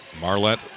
marlette